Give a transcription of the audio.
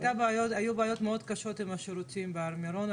היו בעיות מאוד קשות עם השירותים בהר מירון,